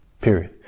period